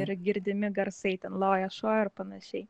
ir girdimi garsai ten loja šuo ir panašiai